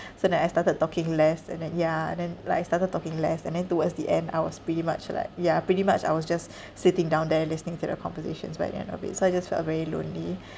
so then I started talking less and then ya and then like I started talking less and then towards the end I was pretty much like ya pretty much I was just sitting down there listening to their conversations by the end of it so I just felt very lonely